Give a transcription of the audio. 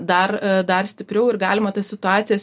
dar dar stipriau ir galima tas situacijas